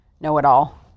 know-it-all